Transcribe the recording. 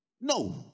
No